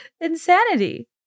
insanity